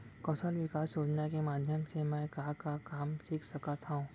कौशल विकास योजना के माधयम से मैं का का काम सीख सकत हव?